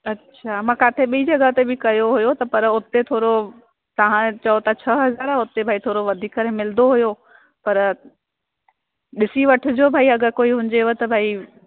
अच्छा मां काथे ॿीं जॻह ते बि कयो हुओ पर उते थोरो तव्हां चयो था छह हज़ार हुते भाई थोरो वधी करे मिलंदो हुओ पर ॾिसी वठिजो भाई अगरि कोई हुजेव त भाई